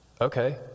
Okay